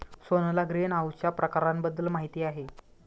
सोहनला ग्रीनहाऊसच्या प्रकारांबद्दल माहिती आहे